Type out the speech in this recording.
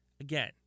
Again